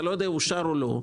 אתה לא יודע אם אושר או לא,